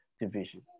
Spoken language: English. division